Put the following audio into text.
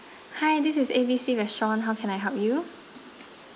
hi this is A B C restaurant how can I help you